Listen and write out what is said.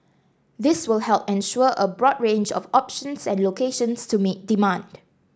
this will help ensure a broad range of options and locations to meet demand